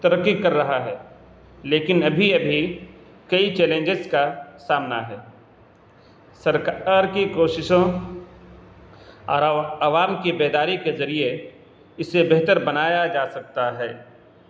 ترقی کر رہا ہے لیکن ابھی ابھی کئی چیلنجز کا سامنا ہے سرکار کی کوششوں عوام کی بیداری کے ذریعے اس سے بہتر بنایا جا سکتا ہے